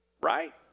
right